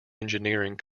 engineering